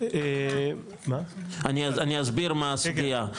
אני אסביר מה הסוגייה,